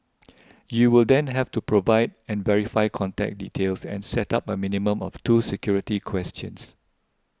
you will then have to provide and verify contact details and set up a minimum of two security questions